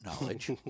knowledge